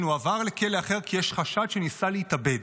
הועבר לכלא אחר כי יש חשד שניסה להתאבד.